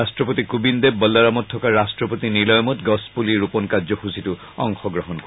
ৰাট্টপতি কোবিন্দে বল্লাৰামত থকা ৰাট্টপতি নিলয়মত গছপুলি ৰোপণ কাৰ্যসূচীতো অংশগ্ৰহণ কৰিব